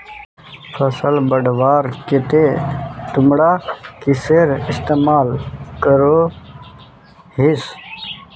फसल बढ़वार केते तुमरा किसेर इस्तेमाल करोहिस?